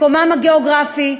מקומם הגיאוגרפי,